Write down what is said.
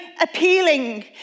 appealing